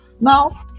Now